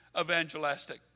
evangelistic